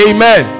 Amen